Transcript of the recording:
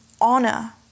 honor